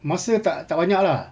masa tak tak banyak lah